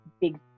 big